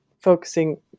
focusing